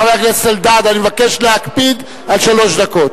חבר הכנסת אלדד, אני מבקש להקפיד על שלוש דקות.